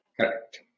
Correct